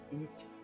eat